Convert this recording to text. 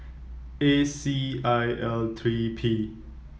A C I L three P